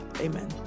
Amen